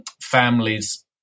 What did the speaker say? families